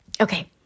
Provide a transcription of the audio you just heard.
Okay